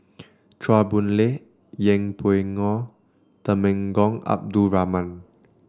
Chua Boon Lay Yeng Pway Ngon Temenggong Abdul Rahman